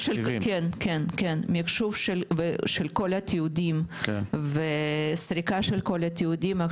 מחשוב של כל התיעודים וסריקה של כל התיעודים.